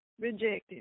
rejected